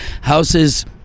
houses